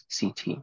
CT